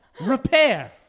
Repair